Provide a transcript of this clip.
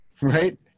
right